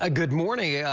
ah good morning. yeah